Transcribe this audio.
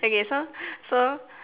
okay so so